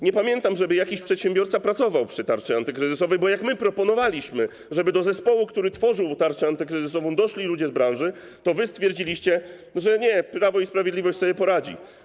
Nie pamiętam, żeby jakiś przedsiębiorca pracował przy tarczy antykryzysowej, bo jak proponowaliśmy, żeby do zespołu, który tworzył tarczę antykryzysową, doszli ludzie z branży, to wy stwierdziliście, że nie, że Prawo i Sprawiedliwość sobie poradzi.